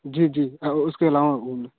जी जी और उसके अलवा घूमने